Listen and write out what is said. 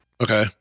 Okay